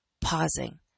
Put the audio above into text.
pausing